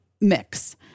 mix